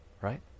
right